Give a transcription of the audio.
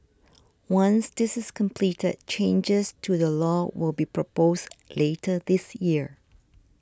once this is completed changes to the law will be proposed later this year